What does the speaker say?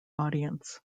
audience